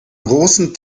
großen